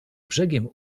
brzegiem